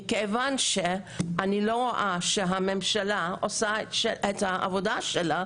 מכיוון שאני לא רואה שהממשלה עושה את העבודה שלה.